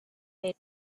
made